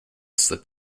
slip